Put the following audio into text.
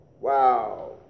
Wow